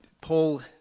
Paul